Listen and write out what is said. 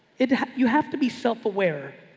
it you have to be self aware.